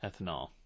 ethanol